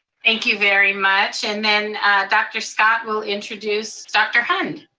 thank you very much. and then dr. scott will introduce dr. hund.